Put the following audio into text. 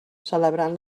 celebrant